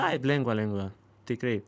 taip lengva lengva tikrai